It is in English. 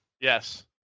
Yes